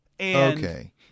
Okay